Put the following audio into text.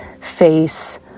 face